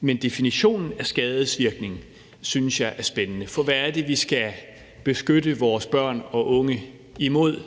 Men definitionen af skadesvirkningen synes jeg er spændende. For hvad er det, vi skal beskytte vores børn og unge imod?